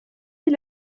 ils